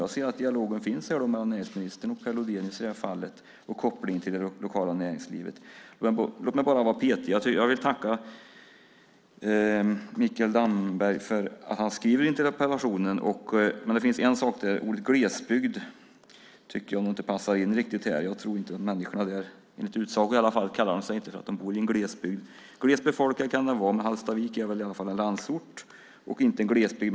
Jag ser att dialogen finns med näringsministern och Per Lodenius i det här fallet med koppling till det lokala näringslivet. Låt mig vara petig. Jag vill tacka Mikael Damberg för den här interpellationen. Men det finns en sak som jag vill påpeka. Ordet glesbygd tycker jag inte riktigt passar in här. Jag tror inte att människorna där, i alla fall inte enligt egen utsago, tycker att de bor i en glesbygd. Glest bebyggt kan det vara, men Hallstavik är väl i alla fall landsort och inte glesbygd.